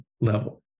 level